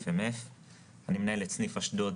אני מנהל סניף אשדוד